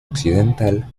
occidental